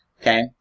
Okay